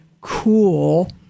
cool